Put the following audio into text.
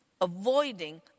avoiding